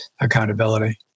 accountability